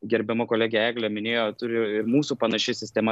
gerbiama kolegė eglė minėjo turi ir mūsų panaši sistema